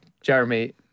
Jeremy